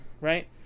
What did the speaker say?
right